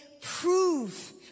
prove